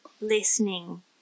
listening